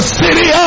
city